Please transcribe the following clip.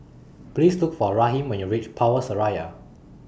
Please Look For Raheem when YOU REACH Power Seraya